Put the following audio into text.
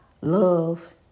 Love